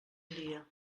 dia